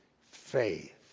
faith